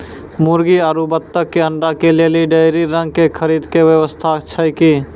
मुर्गी आरु बत्तक के अंडा के लेली डेयरी रंग के खरीद के व्यवस्था छै कि?